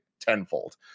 tenfold